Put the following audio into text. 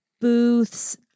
booths